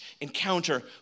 encounter